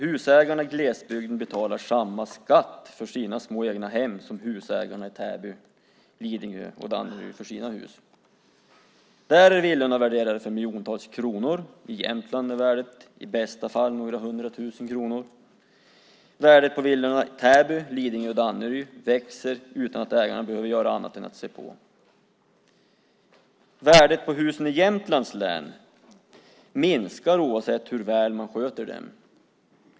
Husägarna i glesbygden betalar samma skatt för sina små egnahem som husägarna i Täby, Lidingö och Danderyd gör för sina hus. Där är villorna värderade till miljontals kronor. I Jämtland är värdet i bästa fall några hundratusen kronor. Värdet på villorna i Täby, Lidingö och Danderyd växer utan att ägarna behöver göra annat än att se på. Värdet på husen i Jämtlands län minskar oavsett hur väl man sköter dem.